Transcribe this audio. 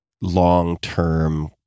long-term